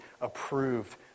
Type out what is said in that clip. approved